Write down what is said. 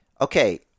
Okay